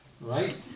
Right